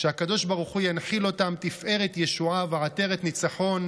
שהקב"ה ינחיל אותם תפארת ישועה ועטרת ניצחון.